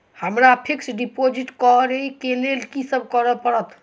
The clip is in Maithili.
हमरा फिक्स डिपोजिट करऽ केँ लेल की सब करऽ पड़त?